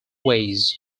ways